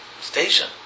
station